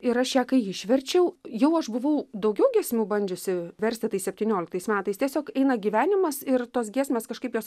ir aš ją kai išverčiau jau aš buvau daugiau giesmių bandžiusi versti tais septynioliktais metais tiesiog eina gyvenimas ir tos giesmės kažkaip jos